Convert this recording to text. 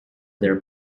their